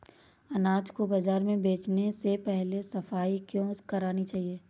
अनाज को बाजार में बेचने से पहले सफाई क्यो करानी चाहिए?